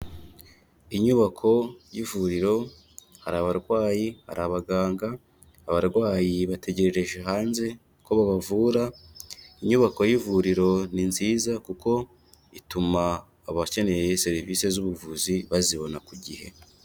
Inyubako y'ivuriro hari abarwayi, hari abaganga, abarwayi bategerereje hanze ko babavura, inyubako y'ivuriro ni nziza, kuko ituma abakeneye serivisi z'ubuvuzi bazibona ku gihe.